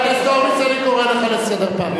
אני קורא אותך לסדר פעם ראשונה.